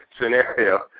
scenario